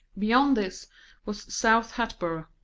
beyond this was south hatboro',